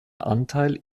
anteil